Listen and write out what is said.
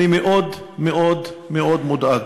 אני מאוד מאוד מאוד מודאג.